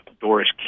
Doris